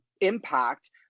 impact